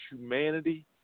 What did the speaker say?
humanity